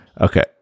okay